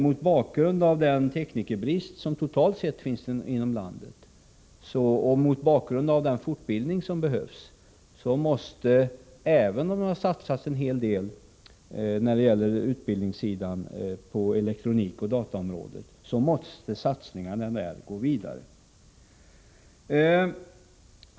Mot bakgrund av den teknikerbrist som totalt sett finns inom landet och mot bakgrund av den fortbildning som behövs, måste — även om det har satsats en hel del på utbildningssidan beträffande elektronikoch dataområdet — satsningarna där gå vidare.